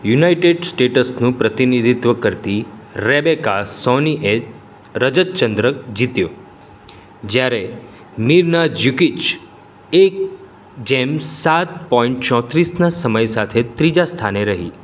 United સ્ટેટ્સનું પ્રતિનિધિત્વ કરતી રેબેકા સોનીએ રજત ચંદ્રક જીત્યો જ્યારે મિરના જુકિચ એક કલાક સાત મીનિટ અને ચોત્રીસ સેકન્ડના સમય સાથે ત્રીજા સ્થાને રહી